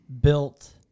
built